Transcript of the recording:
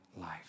life